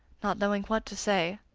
not knowing what to say.